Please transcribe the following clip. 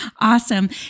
Awesome